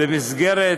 במסגרת